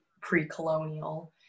pre-colonial